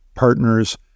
partners